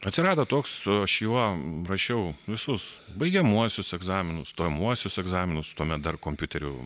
atsirado toks aš juo rašiau visus baigiamuosius egzaminus stojamuosius egzaminus tuomet dar kompiuterių